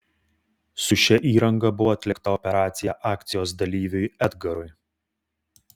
su šia įranga buvo atlikta operacija akcijos dalyviui edgarui